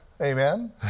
Amen